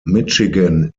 michigan